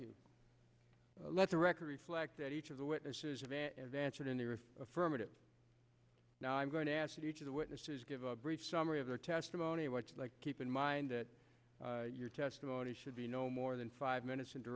the record reflect that each of the witnesses have affirmative now i'm going to ask each of the witnesses give a brief summary of their testimony what you'd like keep in mind that your testimony should be no more than five minutes in